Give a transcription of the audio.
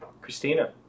Christina